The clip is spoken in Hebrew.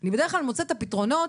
אני בדרך כלל מוצאת את הפתרונות,